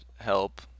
help